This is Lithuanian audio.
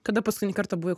kada paskutinį kartą buvai